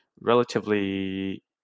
relatively